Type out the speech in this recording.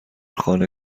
خانه